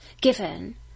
given